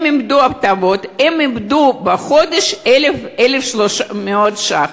הם איבדו הטבות, הם איבדו 1,300 שקל